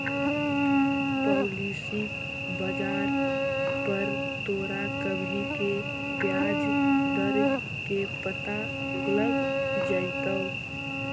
policy बाजार पर तोरा अभी के ब्याज दर के पता लग जाइतो